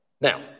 Now